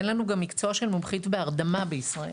אין לנו גם מקצוע של מומחית בהרדמה בישראל,